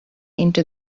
into